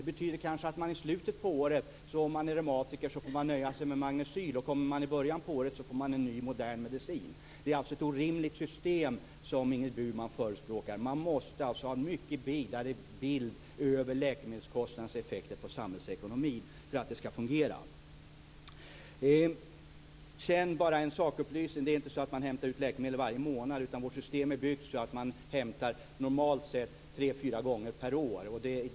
Det betyder kanske att en reumatiker i slutet på året får nöja sig med magnecyl och i början på året får en ny, modern medicin. Det är alltså ett orimligt system som Ingrid Burman förespråkar. Man måste ha en mycket vidare bild av läkemedelskostnadernas effekter på samhällsekonomin för att det skall fungera. Jag vill också ge en sakupplysning. Man skall inte hämta ut läkemedel varje månad med vårt system, utan det är uppbyggt så att man normalt sett hämtar medicin tre fyra gånger per år.